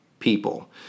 people